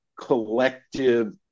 collective